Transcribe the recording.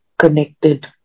connected